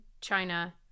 China